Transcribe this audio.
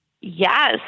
Yes